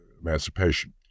emancipation